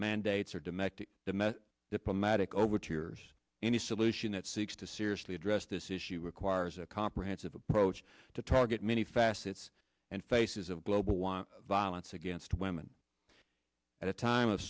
mandates or domestic the met diplomatic overtures any solution that seeks to seriously address this issue requires a comprehensive approach to target many facets and faces of global was violence against women at a time of